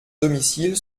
domicile